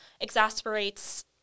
exasperates